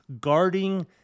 guarding